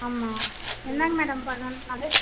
ஆமாம் என்னங்க மேடம் பண்ணனும் நான்